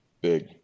Big